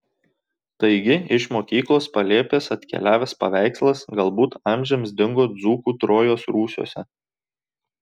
taigi iš mokyklos palėpės atkeliavęs paveikslas galbūt amžiams dingo dzūkų trojos rūsiuose